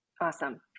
Awesome